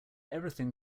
everything